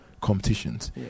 competitions